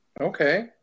Okay